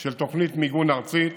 של תוכנית מיגון ארצית,